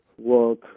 work